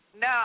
No